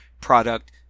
product